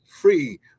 free